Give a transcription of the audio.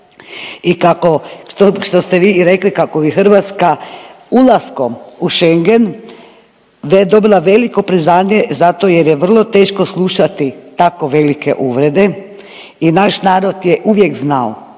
i kako što ste vi i rekli kako bi Hrvatska ulaskom u Schengen dobila veliko priznanje zato jer je vrlo teško slušati tako velike uvrede i naš narod je uvijek znao